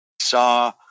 saw